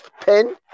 pin